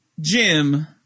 Jim